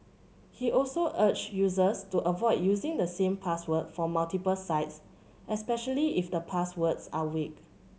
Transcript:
he also urged users to avoid using the same password for multiple sites especially if the passwords are weak